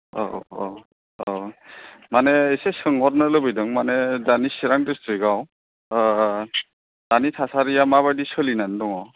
औ औ अ माने एसे सोंहरनो लुबैदों माने दानि चिरां डिस्ट्रिकआव दानि थासारिया माबायदि सोलिनानै दङ